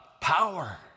power